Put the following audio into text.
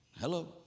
Hello